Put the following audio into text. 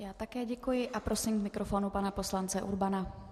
Já také děkuji a prosím k mikrofonu pana poslance Urbana.